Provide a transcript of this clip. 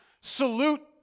salute